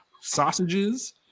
sausages